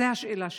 זו השאלה שלי.